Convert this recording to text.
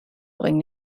bringen